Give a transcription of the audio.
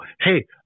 hey